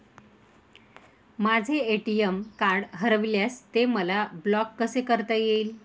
माझे ATM card हरविल्यास ते मला ब्लॉक कसे करता येईल?